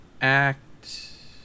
act